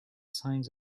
signs